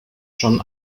schon